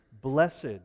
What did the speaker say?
Blessed